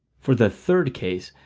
for the third case,